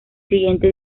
siguiente